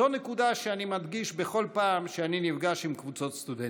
זו נקודה שאני מדגיש בכל פעם שאני נפגש עם קבוצות סטודנטים,